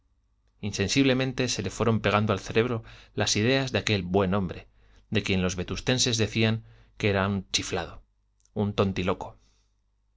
aluvión insensiblemente se le fueron pegando al cerebro las ideas de aquel buen hombre de quien los vetustenses decían que era un chiflado un tontiloco